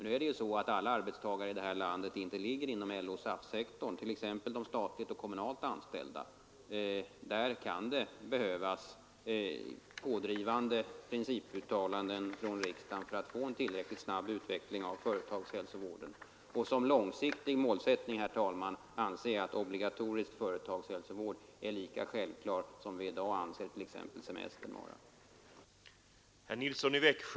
Nu ligger inte alla arbetstagare i det här landet inom LO-—-SAF-sektorn, det gör exempelvis inte de statligt och kommunalt anställda. Därför kan det behövas pådrivande principuttalanden från riksdagen för att få en tillräckligt snabb utveckling av företagshälsovården. Som långsiktig målsättning, herr talman, anser jag att obligatorisk företagshälsovård är lika självklar som vi i dag anser t.ex. semestern vara.